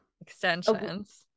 extensions